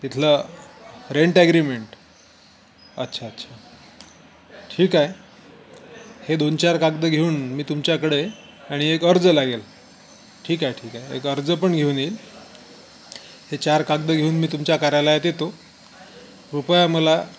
तिथलं rent agreement अच्छा अच्छा ठीक आहे हे दोन चार कागद घेऊन मी तुमच्याकडे आणि एक अर्ज लागेल ठीक आहे ठीक आहे एक अर्ज पण घेऊन येईल हे चार कागद घेऊन मी तुमच्या कार्यालयात येतो कृपया मला